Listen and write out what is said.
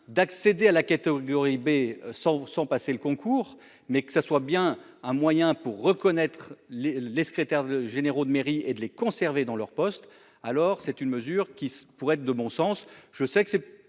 d'accéder à la catégorie B sans sans passer le concours mais que ça soit bien un moyen pour reconnaître les les secrétaires généraux de mairie et de les conserver dans leur poste. Alors c'est une mesure qui pourrait être de bon sens.